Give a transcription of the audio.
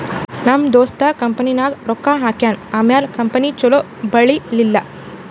ನಮ್ ದೋಸ್ತ ಕಂಪನಿನಾಗ್ ರೊಕ್ಕಾ ಹಾಕ್ಯಾನ್ ಆಮ್ಯಾಲ ಕಂಪನಿ ಛಲೋ ಬೆಳೀಲಿಲ್ಲ